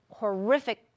Horrific